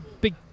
Big